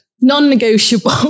non-negotiable